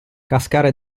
cascare